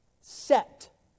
set